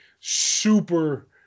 super